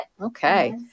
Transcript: Okay